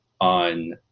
on